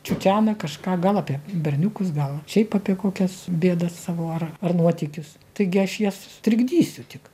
čiūčiana kažką gal apie berniukus gal šiaip apie kokias bėdas savo ar ar nuotykius taigi aš jas sutrikdysiu tik